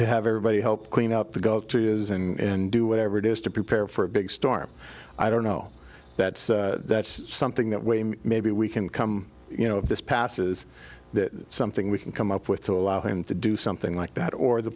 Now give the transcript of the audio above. everybody help clean up to go to his and do whatever it is to prepare for a big storm i don't know that that's something that way maybe we can come you know if this passes that something we can come up with to allow him to do something like that or the